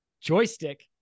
joystick